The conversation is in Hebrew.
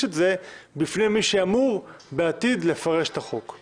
את זה בפני מי שאמור לפרש את החוק בעתיד.